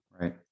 Right